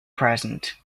present